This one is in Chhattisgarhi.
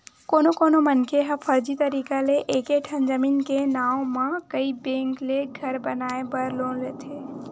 कोनो कोनो मनखे ह फरजी तरीका ले एके ठन जमीन के नांव म कइ बेंक ले घर बनाए बर लोन लेथे